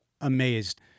amazed